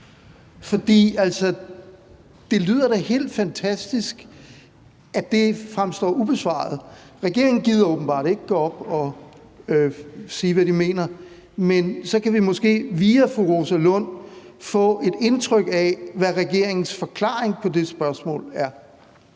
For det lyder da helt fantastisk, at det fremstår ubesvaret. Regeringen gider åbenbart ikke gå op og sige, hvad den mener, men så kan vi måske via fru Rosa Lund få et indtryk af, hvad regeringens forklaring på det spørgsmål er.